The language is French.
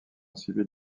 civile